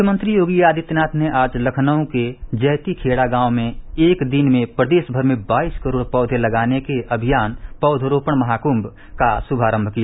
मुख्यमंत्री योगी आदित्यनाथ ने आज लखनऊ के जैतीखेड़ा गांव में एक दिन में प्रदेश भर में बाईस करोड़ पौवे लगाने के अभियान पौधरोपड महाकभ का श्रमारम्भ किया